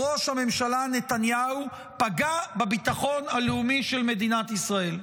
ראש הממשלה נתניהו פגע בביטחון הלאומי של מדינת ישראל.